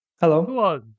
Hello